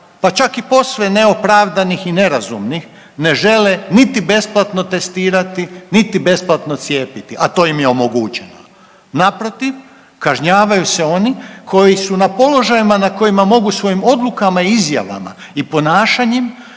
pa čak i posve neopravdanih i nerazumnih ne žele niti besplatno testirati, niti besplatno cijepiti, a to im je omogućeno. Naprotiv, kažnjavaju se oni koji su na položajima na kojima mogu svojim odlukama i izjavama i ponašanjem